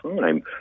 time